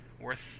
worth